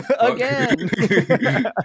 again